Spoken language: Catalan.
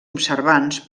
observants